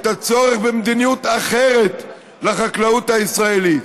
את הצורך במדיניות אחרת לחקלאות הישראלית,